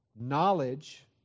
knowledge